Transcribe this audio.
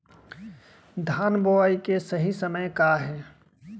धान बोआई के सही समय का हे?